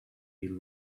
deal